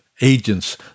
agents